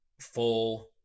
full